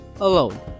alone